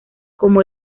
como